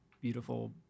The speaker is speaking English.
beautiful